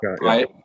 right